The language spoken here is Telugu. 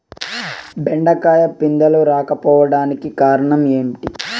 బెండకాయ పిందెలు రాలిపోవడానికి కారణం ఏంటి?